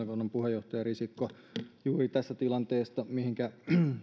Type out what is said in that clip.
puheenjohtaja risikolta juuri tästä tilanteesta mihinkä